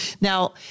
Now